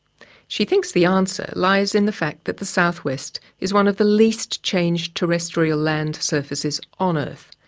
she thinks the answer lies in the fact that the southwest is one of the least changed terrestrial land surfaces on earth.